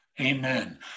Amen